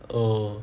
oh